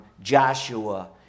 Joshua